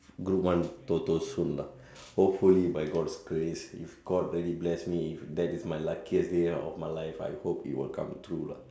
good one TOTO soon lah hopefully by god's create if god very bless me if that is the luckiest day of my life I hope it will come true lah